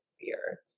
fear